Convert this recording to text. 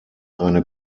eine